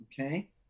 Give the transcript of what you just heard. okay